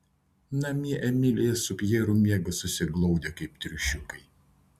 namie emilija su pjeru miega susiglaudę kaip triušiukai